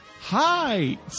hi